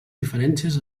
diferències